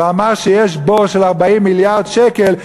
ואמר שיש בור של 40 מיליארד שקל,